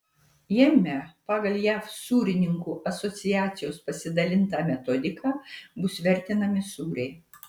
jame pagal jav sūrininkų asociacijos pasidalintą metodiką bus vertinami sūriai